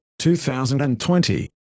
2020